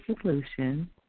solution